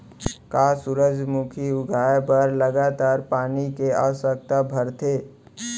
का सूरजमुखी उगाए बर लगातार पानी के आवश्यकता भरथे?